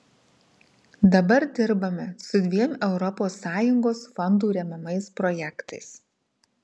dabar dirbame su dviem europos sąjungos fondų remiamais projektais